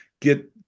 get